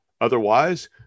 Otherwise